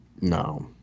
no